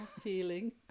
feeling